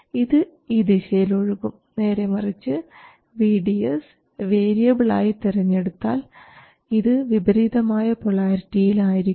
ഇത് ഈ ദിശയിൽ ഒഴുകും നേരെമറിച്ച് vDS വേരിയബിൾ ആയി തെരഞ്ഞെടുത്താൽ ഇത് വിപരീതമായ പൊളാരിറ്റിയിൽ ആയിരിക്കും